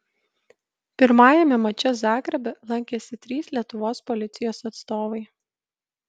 pirmajame mače zagrebe lankėsi trys lietuvos policijos atstovai